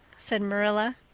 said marilla.